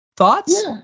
thoughts